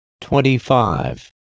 Twenty-five